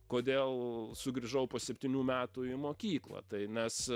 kodėl sugrįžau po septynių metų į mokyklą tai nes